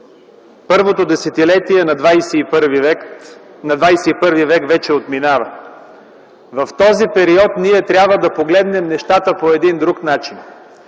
първото десетилетие на ХХІ век вече отминава. В този период трябва да погледнем нещата по друг начин.